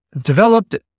developed